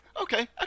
Okay